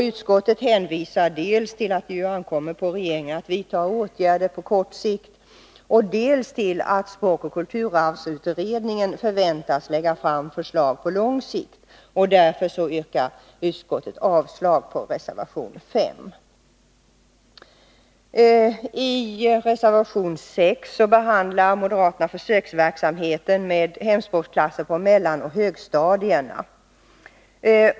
Utskottet hänvisar dels till att det ankommer på regeringen att vidta åtgärder på kort sikt, dels till att språkoch kulturarvsutredningen förväntas lägga fram förslag på lång sikt. Utskottets yrkande i detta avseende framförs i mom. 7. Moderaternas reservation 6 gäller försöksverksamheten med hemspråksklasser på mellanoch högstadierna.